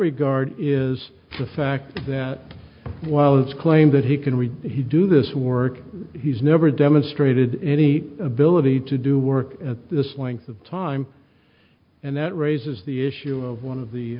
regard is the fact that while it's claimed that he can we he do this work he's never demonstrated any ability to do work at this length of time and that raises the issue of one of the